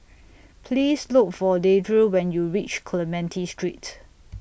Please Look For Deidre when YOU REACH Clementi Street